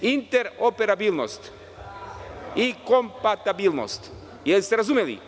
Interoperabilnost i kompatibilnost, da li ste razumeli?